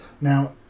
Now